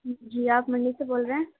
جی آپ منڈی سے بول رہے ہیں